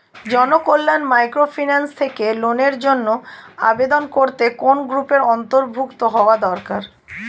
Janakalyan microfinance থেকে লোনের জন্য আবেদন করতে কোন গ্রুপের অন্তর্ভুক্ত হওয়া দরকার?